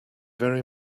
very